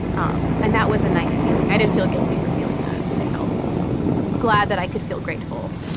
um and that was a nice feeling. i didn't feel guilty for feeling that. i felt glad that i could feel grateful,